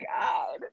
God